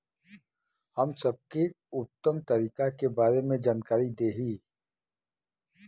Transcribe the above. हम सबके उत्तम तरीका के बारे में जानकारी देही?